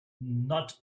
not